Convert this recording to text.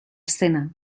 escena